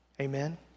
Amen